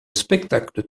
spectacle